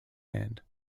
hand